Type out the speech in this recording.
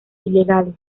ilegales